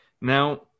Now